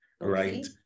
right